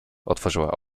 otworzyła